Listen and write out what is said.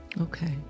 Okay